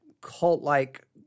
cult-like